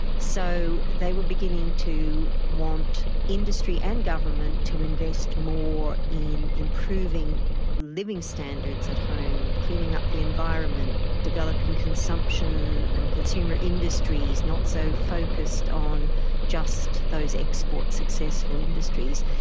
so they were beginning to want industry and government to invest more in improving living standards at home, cleaning up the environment, developing consumption and consumer industries, not so focused on just those export successful industries.